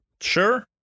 Sure